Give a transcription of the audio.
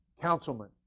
councilman